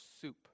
soup